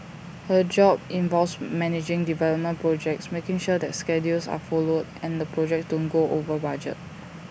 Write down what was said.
her job involves managing development projects making sure that schedules are followed and the projects don't go over budget